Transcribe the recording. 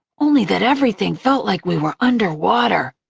only that everything felt like we were underwater.